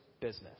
business